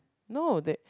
no they